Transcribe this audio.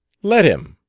let him!